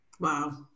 Wow